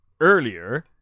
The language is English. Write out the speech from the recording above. earlier